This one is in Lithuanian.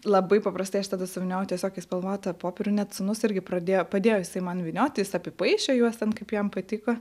labai paprastai aš tada suvyniojau tiesiog į spalvotą popierių net sūnus irgi pradėjo padėjo jisai man vynioti jis apipaišė juos ten kaip jam patiko